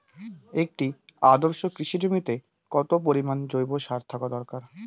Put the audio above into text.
একটি আদর্শ কৃষি জমিতে কত পরিমাণ জৈব সার থাকা দরকার?